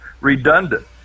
redundant